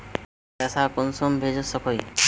पैसा कुंसम भेज सकोही?